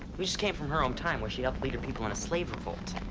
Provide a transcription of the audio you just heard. we just came from her own time where she helped lead her people in a slave revolt.